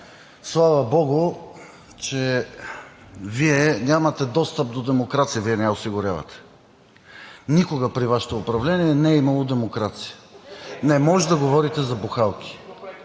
слава богу, че Вие нямате достъп до демокрация – Вие не я осигурявате. Никога при Вашето управление не е имало демокрация. Не можете да говорите за бухалки.